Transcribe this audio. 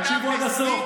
תקשיבו עד הסוף.